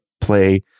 play